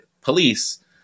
police